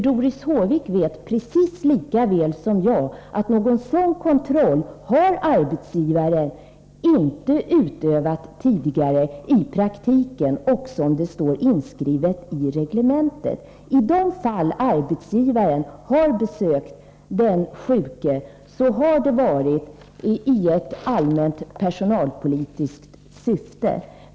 Doris Håvik vet precis lika väl som jag att arbetsgivaren i praktiken inte har utövat någon sådan kontroll tidigare, också om det står inskrivet i reglementet. I de fall arbetsgivaren har besökt den sjuke har det varit i ett allmänt personalpolitiskt syfte.